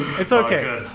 it's okay.